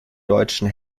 deutschen